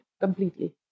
Completely